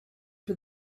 for